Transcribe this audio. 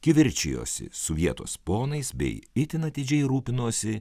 kivirčijosi su vietos ponais bei itin atidžiai rūpinosi